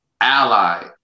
ally